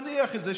מניח את זה,